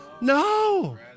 No